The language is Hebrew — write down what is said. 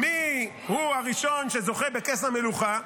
מי הוא הראשון שזוכה בכס המלוכה?